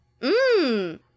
Mmm